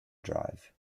drive